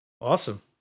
Awesome